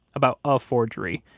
about a forgery,